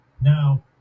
Now